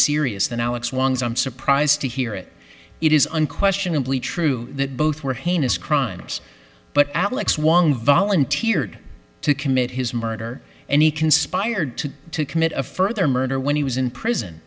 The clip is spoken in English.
serious than alex was i'm surprised to hear it it is unquestionably true that both were heinous crimes but alex wang volunteered to commit his murder and he conspired to commit a further murder when he was in prison